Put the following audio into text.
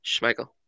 Schmeichel